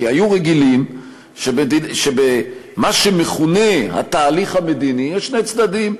כי היו רגילים שבמה שמכונה "התהליך המדיני" יש שני צדדים,